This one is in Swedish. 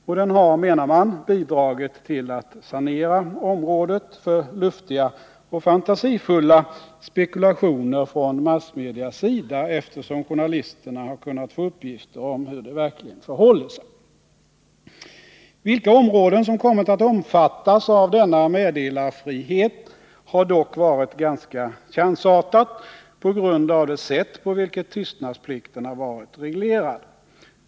Och den har — menar man — bidragit till att sanera området för luftiga och fantasifulla spekulationer från massmedias sida, eftersom journalisterna har kunnat få uppgifter om hur det verkligen förhåller sig. Vilka områden som kommit att omfattas av denna meddelarfrihet har dock varit ganska chansartat på grund av det sätt på vilket tystnadsplikterna varit reglerade.